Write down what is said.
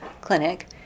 clinic